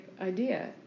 idea